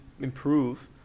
improve